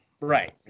Right